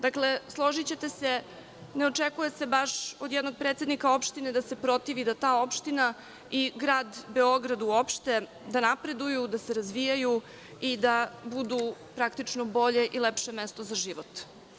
Dakle, složićete se, ne očekuje se baš od jednog predsednika opštine da se protivi da ta opština i Grad Beograd uopšte da napreduju, da se razvijaju i da budu, praktično bolje i lepše mesto za život.